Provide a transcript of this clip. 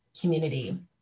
community